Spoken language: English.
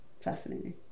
fascinating